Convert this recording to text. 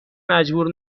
مجبور